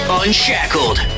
unshackled